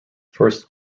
first